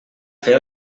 fer